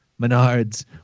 Menards